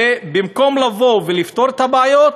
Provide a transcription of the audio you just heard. במקום לבוא ולפתור את הבעיות,